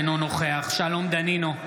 אינו נוכח שלום דנינו,